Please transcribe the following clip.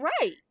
right